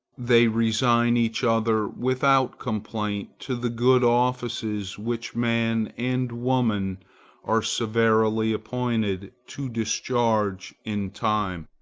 they resign each other without complaint to the good offices which man and woman are severally appointed to discharge in time,